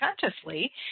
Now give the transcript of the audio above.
consciously